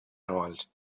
anuals